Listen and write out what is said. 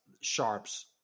sharps